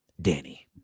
danny